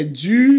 du